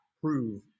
prove